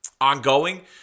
ongoing